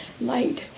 light